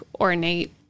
ornate